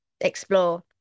explore